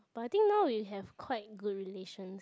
but I think now we have quite good relations